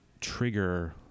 trigger